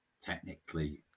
technically